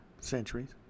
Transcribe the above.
centuries